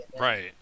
Right